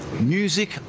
Music